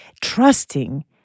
trusting